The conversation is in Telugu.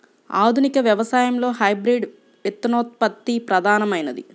ఆధునిక వ్యవసాయంలో హైబ్రిడ్ విత్తనోత్పత్తి ప్రధానమైనది